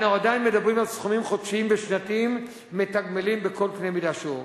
אנו עדיין מדברים על סכומים חודשיים ושנתיים מתגמלים בכל קנה-מידה שהוא.